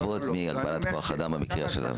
סדרי עדיפויות נובעות מהגבלת כוח אדם במקרה שלנו.